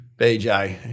BJ